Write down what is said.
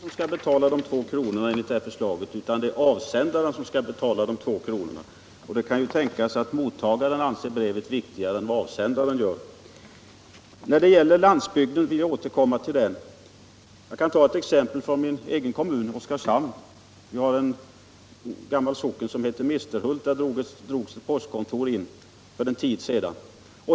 Herr talman! Det är inte mottagaren som skall betala de två kronorna enligt det här förslaget utan avsändaren. Och det kan tänkas att mottagaren anser att brevet är viktigare än vad avsändaren gör. Jag vill när det gäller landsbygden ta ett exempel från min egen kommun, Oskarshamn. Vi har en gammal socken som heter Misterhult, och där drogs postkontoret in för en tid sedan.